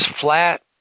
flat